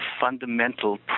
fundamental